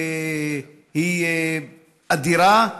היא אדירה.